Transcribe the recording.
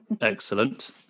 Excellent